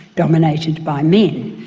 dominated by men.